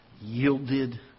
yielded